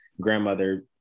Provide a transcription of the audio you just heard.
grandmother